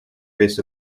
based